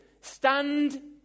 stand